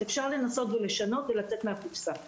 אפשר לנסות ולשנות ולצאת מהקופסה.